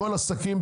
בכל עסקים,